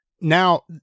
Now